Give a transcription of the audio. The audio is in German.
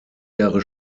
jahre